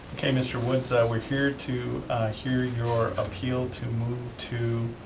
okay, mr. woods, we're here to hear your appeal to move to